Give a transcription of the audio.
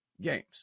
games